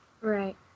Right